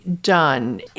done